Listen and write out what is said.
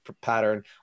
pattern